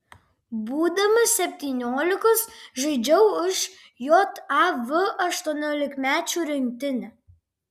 būdamas septyniolikos žaidžiau už jav aštuoniolikmečių rinktinę